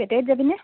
বেটেৰীত যাবিনে